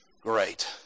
Great